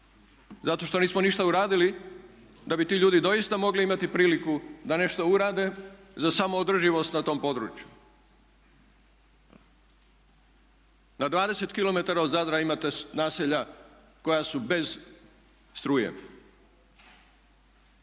zato što nismo ništa uradili da bi ti ljudi doista mogli imati priliku da nešto urade za samo održivost na tom području. Na 20 km od Zadra imate naselja koja su bez struje.